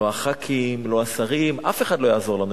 לא הח"כים, לא השרים, אף אחד לא יעזור לנו.